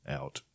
out